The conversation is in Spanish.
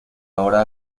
ahora